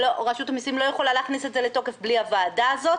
רשות המסים לא יכולה להכניס אותם לתוקף בלי הוועדה הזאת.